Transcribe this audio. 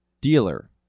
Dealer